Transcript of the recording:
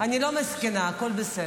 אני לא מסכנה, הכול בסדר.